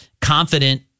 confident